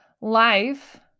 life